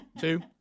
two